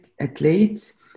athletes